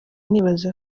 nibaza